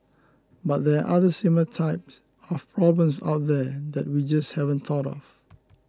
but there are other similar types of problems out there that we just haven't thought of